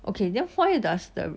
okay then why does the